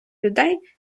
людей